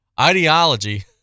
Ideology